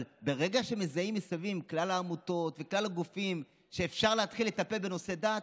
ברגע שמזהים מסביב כלל העמותות וכלל הגופים שאפשר להתחיל לטפל בנושא דת,